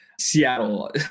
Seattle